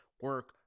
Work